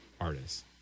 artists